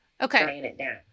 okay